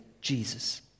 Jesus